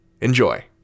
Enjoy